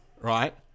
Right